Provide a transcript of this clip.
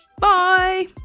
Bye